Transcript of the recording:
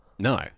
No